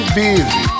busy